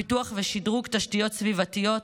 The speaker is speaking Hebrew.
פיתוח ושדרוג תשתיות סביבתיות,